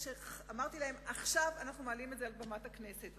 אמרתי להם: עכשיו אנחנו מעלים את זה מעל במת הכנסת.